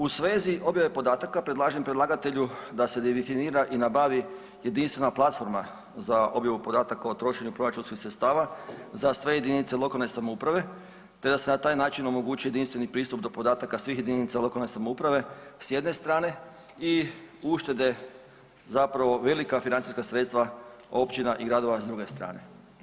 U svezi objave podataka predlažem predlagatelju da se definira i nabavi jedinstvena platforma za objavu podataka o trošenju proračunskih sredstava za sve jedinice lokalne samouprave, te da se na taj način omogući jedinstveni pristup do podataka svih jedinica lokalne samouprave sa jedne strane i uštede zapravo velika financijska sredstva općina i gradova s druge strane.